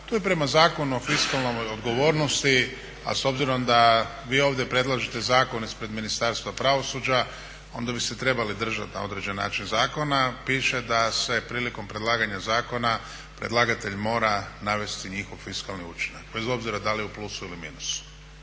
to je prema Zakonu o fiskalnoj odgovornosti, a s obzirom da vi ovdje predlažete zakon ispred Ministarstva pravosuđa onda bi se trebali držati na određeni način zakona. Piše da se prilikom predlaganja zakona predlagatelj mora navesti njihov fiskalni učinak bez obzira da li je u plusu ili minusu.